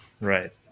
right